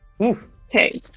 Okay